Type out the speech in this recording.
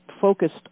focused